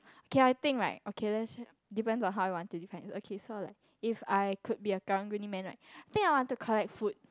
K I think like okay let's just depends on how you want to define okay so like if I could be a karang-guni man right think I want to collect food